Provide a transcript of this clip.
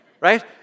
Right